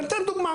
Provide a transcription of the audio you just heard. אני אתן דוגמה: